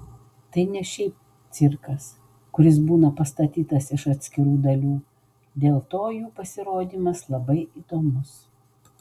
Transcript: tai ne šiaip cirkas kuris būna pastatytas iš atskirų dalių dėl to jų pasirodymas labai įdomus